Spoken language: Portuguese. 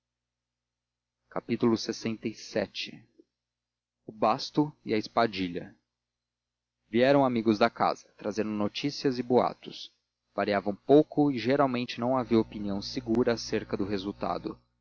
comentário meu lxvi o basto e a espadilha vieram amigos da casa trazendo notícias e boatos variavam pouco e geralmente não havia opinião segura acerca do resultado